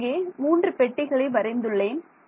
நான் இங்கே 3 பெட்டிகளை வரைந்துள்ளேன்